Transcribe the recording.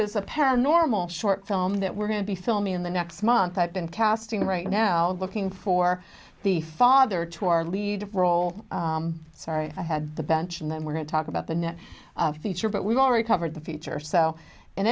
a paranormal short film that we're going to be filming in the next month i've been casting right now looking for the father to our lead role sorry i had the bench and then we're going to talk about the net feature but we've already covered the future so in